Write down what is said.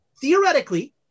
theoretically